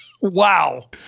Wow